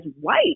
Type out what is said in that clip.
white